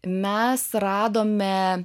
mes radome